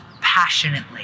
passionately